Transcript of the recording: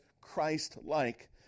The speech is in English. Christ-like